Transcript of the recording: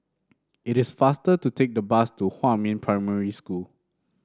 it is faster to take the bus to Huamin Primary School